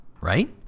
right